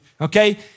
Okay